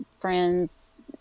friends